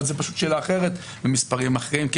אבל זה פשוט שאלה אחרת ומספרים אחרים כי